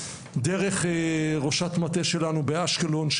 דרך ראשת מטה שלנו באשקלון,